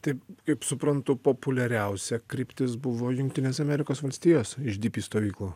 tai kaip suprantu populiariausia kryptis buvo jungtinės amerikos valstijos iš dypy stovyklų